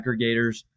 aggregators